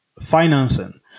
financing